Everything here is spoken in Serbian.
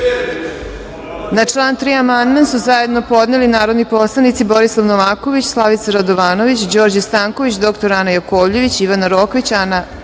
Na član 3. amandman su zajedno podneli narodni poslanici Borisav Novaković, Slavica Radovanović, Đorđe Stanković, dr Ana Jakovljević, Ivana Rokvić, Ana Eraković,